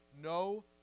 no